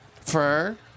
Fur